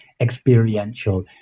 experiential